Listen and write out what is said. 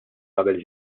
qabel